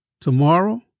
Tomorrow